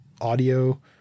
audio